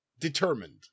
determined